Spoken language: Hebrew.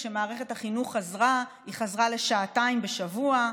כשמערכת החינוך חזרה היא חזרה לשעתיים בשבוע,